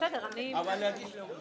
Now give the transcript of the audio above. תודה רבה,